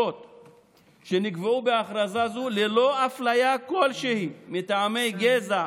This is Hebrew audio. ולחירויות שנקבעו בהכרזה זו ללא אפליה כלשהי מטעמי גזע,